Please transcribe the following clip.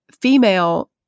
female